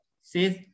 says